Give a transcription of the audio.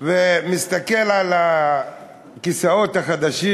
ומסתכל על הכיסאות החדשים,